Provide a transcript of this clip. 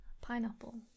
pineapple